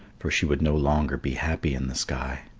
for she would no longer be happy in the sky.